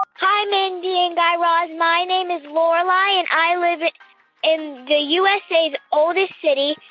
ah hi, mindy and guy raz. my name is lorelei, and i live in the usa's oldest city,